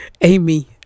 Amy